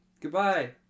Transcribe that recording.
Goodbye